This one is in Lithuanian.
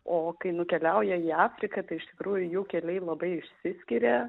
o kai nukeliauja į afriką tai iš tikrųjų jų keliai labai labai išsiskiria